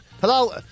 Hello